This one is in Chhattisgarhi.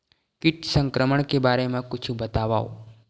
कीट संक्रमण के बारे म कुछु बतावव?